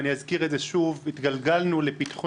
ואני אזכיר את זה שוב התגלגלנו לפתחו